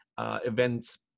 events